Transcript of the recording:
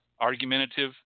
argumentative